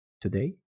today